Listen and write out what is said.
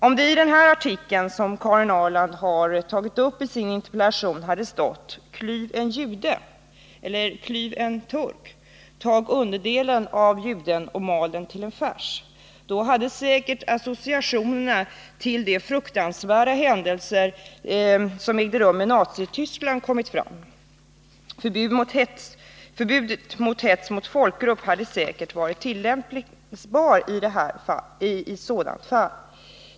Om det i den artikel som Karin Ahrland har tagit i sin interpellation hade stått: Klyv en jude eller klyv en turk, tag underdelen av juden och mal den till en färs, hade det säkert väckt associationer till de fruktansvärda händelser som ägde rum i Nazityskland. Förbudet mot hets mot folkgrupp hade säkert varit tillämpligt i ett sådant fall.